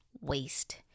Waste